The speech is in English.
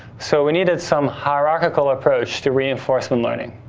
so, we needed some hierarchical approach to reinforcement learning.